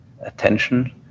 attention